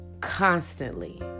constantly